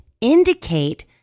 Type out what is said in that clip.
indicate